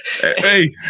Hey